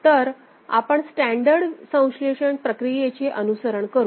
तर आपण स्टॅंडर्ड संश्लेषण प्रक्रियेचे अनुसरण करू